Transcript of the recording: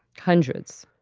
hundreds.